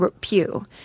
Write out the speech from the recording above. pew